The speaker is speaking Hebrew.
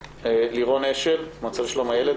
לירון אשל, המועצה לשלום הילד.